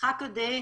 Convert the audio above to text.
זה משחק סכום זירו.